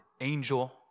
angel